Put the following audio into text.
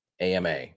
AMA